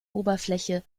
oberfläche